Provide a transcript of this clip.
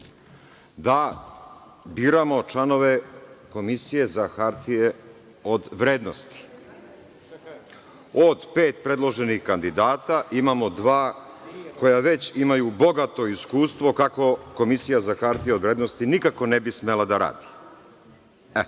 da biramo članove Komisije za hartije od vrednosti. Od pet predloženih kandidata, imamo dva koja već imaju bogato iskustvo kako Komisija za hartije od vrednosti nikako ne bi smela da radi. Pre